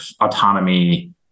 autonomy